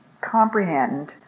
comprehend